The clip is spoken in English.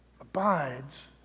abides